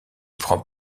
prend